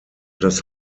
das